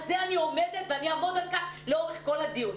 על זה אני עומדת ואעמוד על כך לאורך כל הדיון.